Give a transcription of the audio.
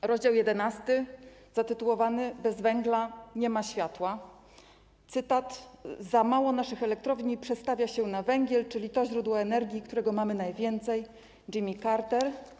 W rozdziale 11 zatytułowanym „Bez węgla nie ma światła” czytamy: Za mało naszych elektrowni przestawia się na węgiel, czyli to źródło energii, którego mamy najwięcej - Jimmy Carter.